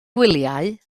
gwyliau